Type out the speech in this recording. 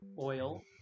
oil